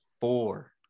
four